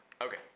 Okay